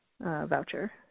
voucher